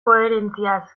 koherentziaz